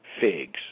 figs